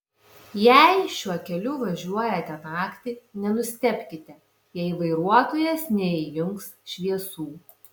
jei šiuo keliu važiuojate naktį nenustebkite jei vairuotojas neįjungs šviesų